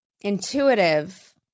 intuitive